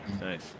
Nice